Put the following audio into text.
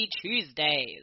Tuesdays